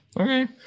okay